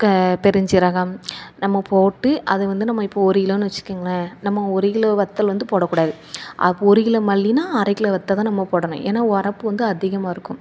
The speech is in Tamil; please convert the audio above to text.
க பெருஞ்சீரகம் நம்ம போட்டு அது வந்து நம்ம இப்போ ஒரு கிலோன்னு வச்சிக்கோங்களேன் நம்ம ஒருக் கிலோ வத்தல் வந்து போடக்கூடாது அப்போ ஒரு கிலோ மல்லின்னால் அரைக் கிலோ வத்த நம்ம போடணும் ஏன்னால் உரப்பு வந்து அதிகமாக இருக்கும்